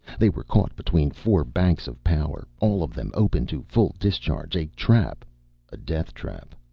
they were caught between four banks of power, all of them open to full discharge. a trap a death trap.